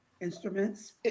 instruments